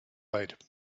right